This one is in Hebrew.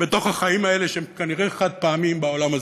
בתוך החיים האלה, שהם כנראה חד-פעמיים בעולם הזה,